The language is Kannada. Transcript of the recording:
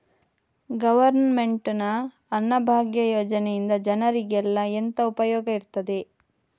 ಗವರ್ನಮೆಂಟ್ ನ ಅನ್ನಭಾಗ್ಯ ಯೋಜನೆಯಿಂದ ಜನರಿಗೆಲ್ಲ ಎಂತ ಉಪಯೋಗ ಇರ್ತದೆ?